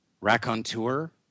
raconteur